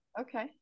Okay